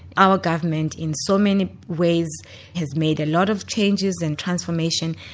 our government in so many ways has made a lot of changes and transformation.